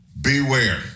beware